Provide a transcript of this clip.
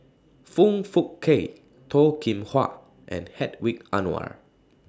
Foong Fook Kay Toh Kim Hwa and Hedwig Anuar